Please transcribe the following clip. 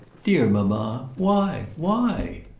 dear mamma why why?